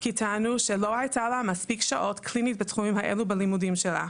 כי טענו שלא היו לה מספיק שעות קליניות בתחומים האלו בלימודים שלה.